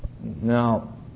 Now